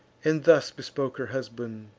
and thus bespoke her husband